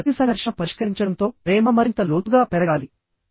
మరియు ప్రతి సంఘర్షణ పరిష్కరించడంతో ప్రేమ మరింత లోతుగా పెరగాలి